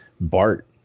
bart